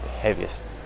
heaviest